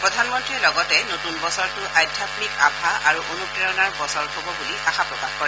প্ৰধানমন্ৰীয়ে লগতে নতুন বছৰটো আধ্যাম্মিক আভা আৰু অনুপ্ৰেৰণাৰ বছৰ হ'ব বুলি আশা প্ৰকাশ কৰে